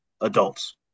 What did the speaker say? adults